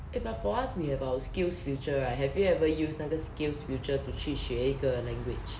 eh but for us we have our skills future right have you ever use 那个 skills future to 去学一个 language